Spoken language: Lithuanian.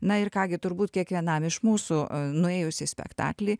na ir ką gi turbūt kiekvienam iš mūsų nuėjus į spektaklį